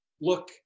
Look